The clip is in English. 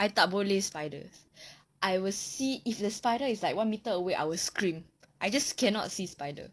I tak boleh spiders I will see if the spider is like one meter away I will scream I just cannot see spider